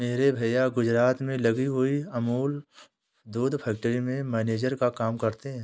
मेरे भैया गुजरात में लगी हुई अमूल दूध फैक्ट्री में मैनेजर का काम करते हैं